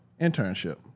internship